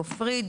גופרית,